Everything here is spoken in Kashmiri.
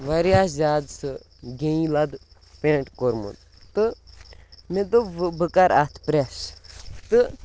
واریاہ زیادٕ سُہ گیٚنہِ لَد پٮ۪نٛٹ کوٚرمُت تہٕ مےٚ دوٚپ وٕ بہٕ کَرٕ اَتھ پرٛٮ۪س تہٕ